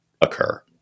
occur